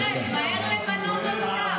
ארז, מהר למנות עוד שר,